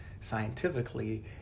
scientifically